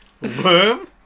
Worm